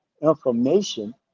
information